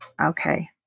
Okay